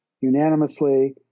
unanimously